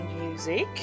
Music